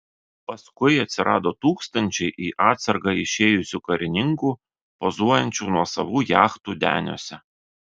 paskui atsirado tūkstančiai į atsargą išėjusių karininkų pozuojančių nuosavų jachtų deniuose